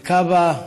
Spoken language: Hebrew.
לכב"ה,